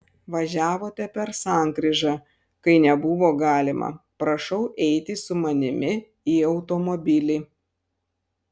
važiavote per sankryžą kai nebuvo galima prašau eiti su manimi į automobilį